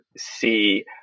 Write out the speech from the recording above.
see